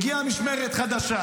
הגיעה משמרת חדשה,